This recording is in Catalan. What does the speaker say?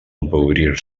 empobrir